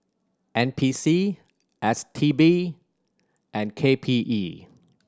N P C S T B and K P E